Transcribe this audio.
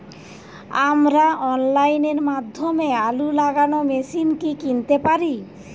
আমরা অনলাইনের মাধ্যমে আলু লাগানো মেশিন কি কিনতে পারি?